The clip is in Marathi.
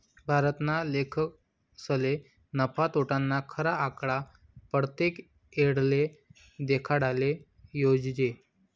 भारतना लेखकसले नफा, तोटाना खरा आकडा परतेक येळले देखाडाले जोयजे